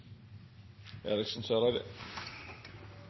Eriksen Søreide